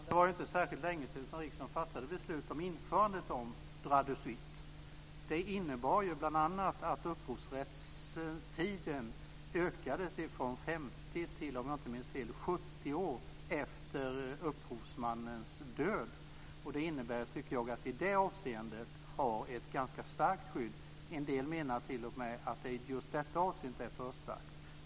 Fru talman! Det var inte särskilt länge sedan riksdagen fattade beslut om införandet av droit de suite. till, om jag inte minns fel, 70 år efter upphovsmannens död. Det innebär, tycker jag, att vi i det avseendet har ett ganska starkt skydd. En del menar t.o.m. att det just i detta avseende är för starkt.